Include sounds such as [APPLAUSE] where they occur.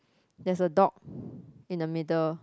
there's a dog [BREATH] in the middle